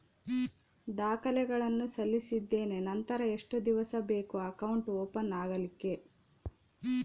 ದಾಖಲೆಗಳನ್ನು ಸಲ್ಲಿಸಿದ್ದೇನೆ ನಂತರ ಎಷ್ಟು ದಿವಸ ಬೇಕು ಅಕೌಂಟ್ ಓಪನ್ ಆಗಲಿಕ್ಕೆ?